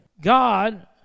God